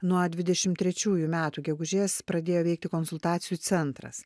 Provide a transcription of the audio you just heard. nuo dvidešim trečiųjų metų gegužės pradėjo veikti konsultacijų centras